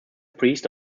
priest